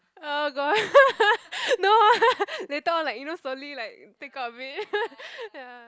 oh god no ah later on you know slowly like take out a bit ya